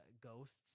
ghosts